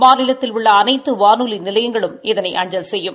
மாநிலத்தில் உள்ள அனைத்து வானொலி நிலையங்களும் இதனை அஞ்சல் செய்யும்